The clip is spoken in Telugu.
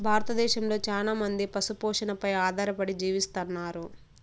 భారతదేశంలో చానా మంది పశు పోషణపై ఆధారపడి జీవిస్తన్నారు